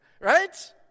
Right